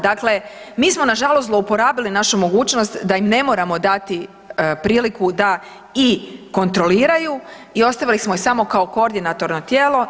Dakle, mi smo nažalost zlouporabili našu mogućnost da im ne moramo dati priliku da i kontroliraju i ostavili smo ih samo kao koordinatorno tijelo.